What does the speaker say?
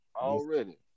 Already